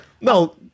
No